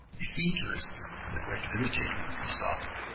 phaedrus, the great imitator of aesop,